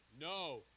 No